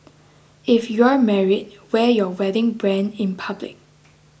if you're married wear your wedding brand in public